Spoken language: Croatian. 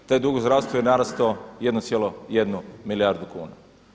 Taj dug u zdravstvu je narastao 1,1 milijardu kuna.